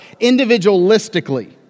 individualistically